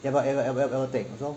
要不要要不要要不要 take